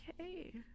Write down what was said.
okay